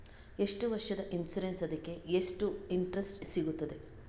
ಎಷ್ಟು ವರ್ಷದ ಇನ್ಸೂರೆನ್ಸ್ ಅದಕ್ಕೆ ಎಷ್ಟು ಇಂಟ್ರೆಸ್ಟ್ ಸಿಗುತ್ತದೆ?